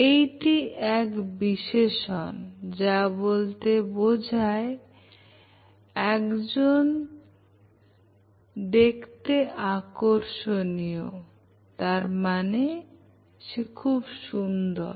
এইটি এক বিশেষণ যা বলতে বোঝায় একজন দেখতে আকর্ষণীয় খুব সুন্দর